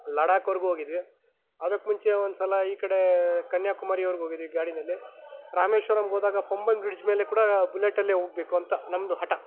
ಲಡಾಖ್ವರೆಗೂ ಹೋಗಿದ್ವಿ ಅದಕ್ಕೆ ಮುಂಚೆ ಒಂದು ಸಲ ಈ ಕಡೆ ಕನ್ಯಾಕುಮಾರಿವರೆಗೂ ಹೋಗಿದ್ವಿ ಗಾಡಿಯಲ್ಲಿ ರಾಮೇಶ್ವರಮ್ ಹೋದಾಗ ಪಂಬನ್ ಬ್ರಿಡ್ಜ್ ಮೇಲೆ ಕೂಡ ಬುಲೆಟಲ್ಲೇ ಹೋಗಬೇಕು ಅಂತ ನಮ್ಮದು ಹಠ